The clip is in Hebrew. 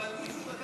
אבל מישהו לקח,